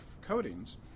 coatings